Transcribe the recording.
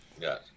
Yes